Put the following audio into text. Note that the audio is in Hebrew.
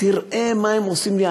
תראה מה הם עושים לי.